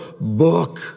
book